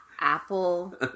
Apple